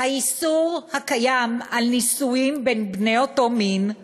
האיסור הקיים על נישואים בין בני אותו מין,